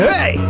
Hey